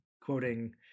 quoting